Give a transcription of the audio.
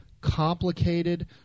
complicated